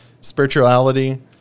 spirituality